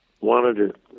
wanted